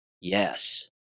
Yes